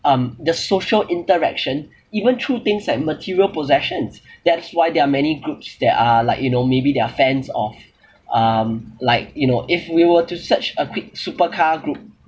um the social interaction even through things like material possessions that's why there are many groups that are like you know maybe they are fans of um like you know if we were to search a quick supercar group